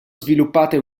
sviluppate